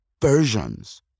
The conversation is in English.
versions